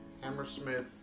Hammersmith